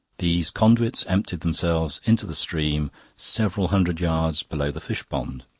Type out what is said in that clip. these conduits emptied themselves into the stream several hundred yards below the fish-pond.